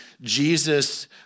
Jesus